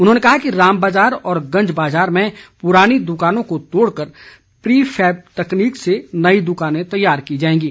उन्होंने कहा कि राम बाजार और गंज बाजार में पूरानी दुकानों को तोड़ कर प्रीफैब तकनीक से नई दुकानें तैयार की जाएंगी